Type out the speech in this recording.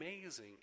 amazing